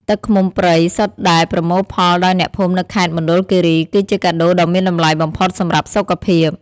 ទឹកឃ្មុំព្រៃសុទ្ធដែលប្រមូលផលដោយអ្នកភូមិនៅខេត្តមណ្ឌលគិរី គឺជាកាដូដ៏មានតម្លៃបំផុតសម្រាប់សុខភាព។